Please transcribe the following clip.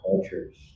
cultures